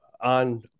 on